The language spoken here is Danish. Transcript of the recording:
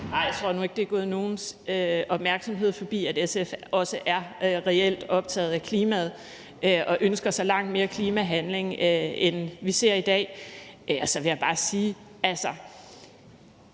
Nej, jeg tror nu ikke, at det er gået nogens opmærksomhed forbi, at SF også er reelt optaget af klimaet og ønsker sig langt mere klimahandling, end vi ser i dag. Og så vil jeg bare sige, at